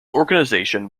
organisation